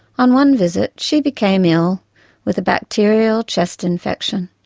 on one visit, she became ill with a bacterial chest infection,